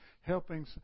Helping